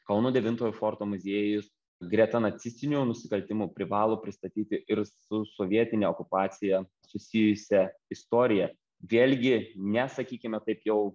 kauno devintojo forto muziejus greta nacistinių nusikaltimų privalo pristatyti ir su sovietine okupacija susijusią istoriją vėlgi ne sakykime taip jau